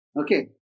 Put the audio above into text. Okay